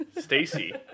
Stacy